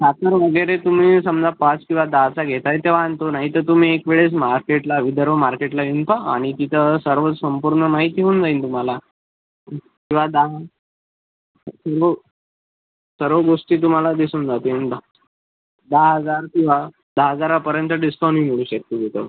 साखर वगैरे तुम्ही समजा पाच किंवा दहाचा घेत आहे तेव्हा आणतो नाहीतर तुम्ही एक वेळेस मार्केटला विदर्भ मार्केटला येऊन पहा आणि तिथं सर्व संपूर्ण माहिती होऊन जाईल तुम्हाला किंवा दहा सर्व गोष्टी तुम्हाला दिसून जाते यंदा दहा हजार किंवा दहा हजारापर्यंत डिस्काऊंटही मिळू शकतो इथं